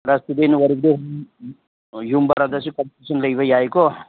class ꯏꯁꯇꯨꯗꯦꯟ ꯑꯣꯏꯔꯕꯗꯤ ꯌꯨꯝ ꯚꯔꯥꯗꯁꯨ ꯀꯟꯁꯦꯁꯟ ꯂꯩꯕ ꯌꯥꯏꯌꯦꯀꯣ